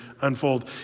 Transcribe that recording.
unfold